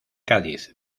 cádiz